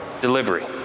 delivery